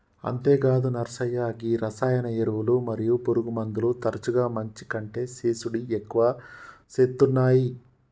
అంతేగాదు నర్సయ్య గీ రసాయన ఎరువులు మరియు పురుగుమందులు తరచుగా మంచి కంటే సేసుడి ఎక్కువ సేత్తునాయి